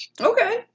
Okay